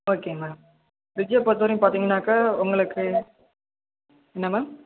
okay ma'am ஃபிரிட்ஜை பொறுத்த வரையும் பார்த்தீங்கன்னாக்கா உங்களுக்கு என்ன மேம்